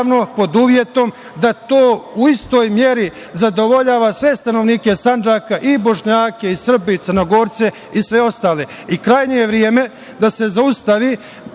uvjetom da to u istoj meri zadovoljava sve stanovnike Sandžaka i Bošnjake i Srbe, i Crnogorce i sve ostale.I